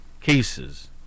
cases